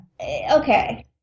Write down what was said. okay